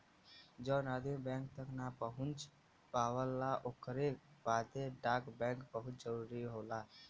जौन आदमी बैंक तक ना पहुंच पावला ओकरे बदे डाक बैंक बहुत जरूरी होला